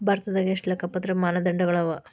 ಭಾರತದಾಗ ಎಷ್ಟ ಲೆಕ್ಕಪತ್ರ ಮಾನದಂಡಗಳವ?